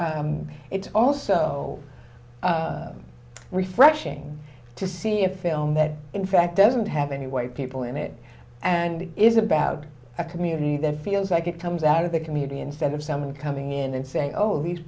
that it's also refreshing to see a film that in fact doesn't have any white people in it and is about a community that feels like it comes out of the community instead of someone coming in and saying oh these